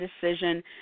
decision